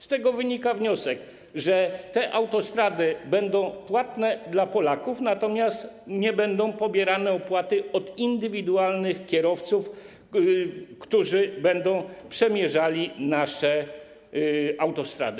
Z tego wynika wniosek, że te autostrady będą płatne dla Polaków, natomiast nie będą pobierane opłaty od indywidualnych kierowców, którzy będą przemierzali nasze autostrady.